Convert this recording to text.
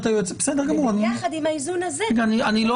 היועצת המשפטית --- יחד עם האיזון הזה --- אני לא